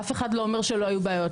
אף אחד לא אומר שלא היו בעיות.